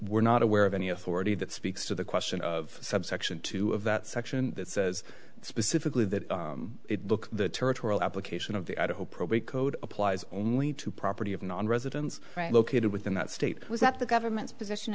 were not aware of any authority that speaks to the question of subsection two of that section it says specifically that it look the territorial application of the idaho probate code applies only to property of nonresidents right located within that state was that the government's position